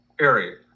area